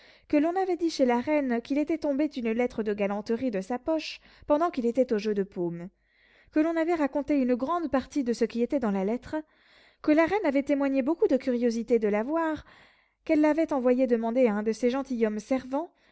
que l'on avait dit chez la reine qu'il était tombé une lettre de galanterie de sa poche pendant qu'il était au jeu de paume que l'on avait raconté une grande partie de ce qui était dans la lettre que la reine avait témoigné beaucoup de curiosité de la voir qu'elle l'avait envoyé demander à un de ses gentilshommes servants